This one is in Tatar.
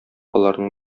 аларның